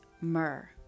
myrrh